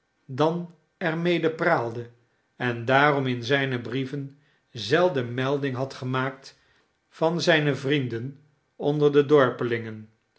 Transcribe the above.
dan er mede praalde en daarom in zijne brieven zelden melding had gemaakt van zijne vrienden onder de dorpelingen